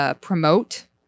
promote